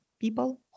people